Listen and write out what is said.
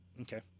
Okay